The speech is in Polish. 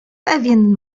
pewien